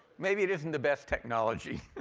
maybe it isn't the best technology.